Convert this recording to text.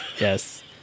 Yes